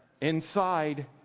inside